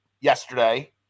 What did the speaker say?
yesterday